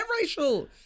racial